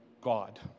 God